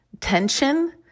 tension